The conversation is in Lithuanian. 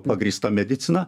pagrįsta medicina